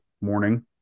morning